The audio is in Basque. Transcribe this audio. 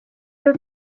dut